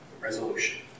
resolution